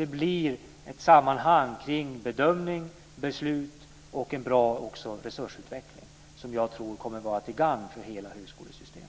Det blir ett sammanhang kring bedömning, beslut och en bra resursutveckling som jag tror kommer att vara till gagn för hela högskolesystemet.